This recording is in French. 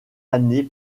années